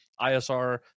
ISR